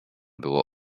było